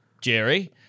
Jerry